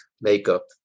makeup